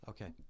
Okay